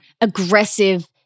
aggressive